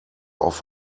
auf